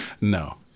No